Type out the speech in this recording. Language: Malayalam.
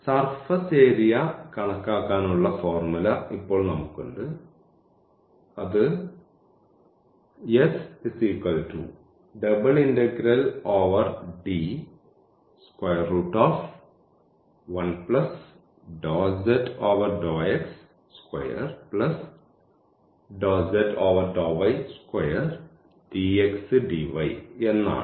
സർഫസ് ഏരിയ കണക്കാക്കാൻ ഉള്ള ഫോർമുല ഇപ്പോൾ നമുക്കുണ്ട് അത് എന്നാണ്